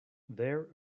there